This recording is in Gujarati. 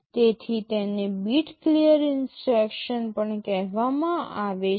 તેથી તેને બીટ ક્લિયર ઇન્સટ્રક્શન પણ કહેવામાં આવે છે